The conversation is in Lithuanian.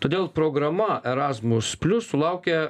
todėl programa erasmus plius sulaukia